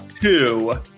Two